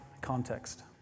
context